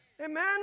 Amen